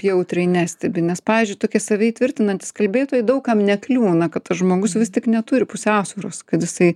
jautriai nestebi nes pavyzdžiui tokie save įtvirtinantys kalbėtojai daug kam nekliūna kad tas žmogus vis tik neturi pusiausvyros kad jisai